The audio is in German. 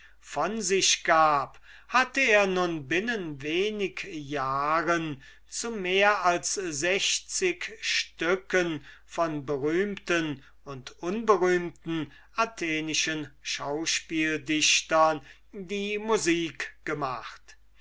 von sich gab hatte er nun binnen wenig jahren zu mehr als sechzig stücken von berühmten und unberühmten atheniensischen schauspieldichtern die musik gemacht